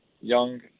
young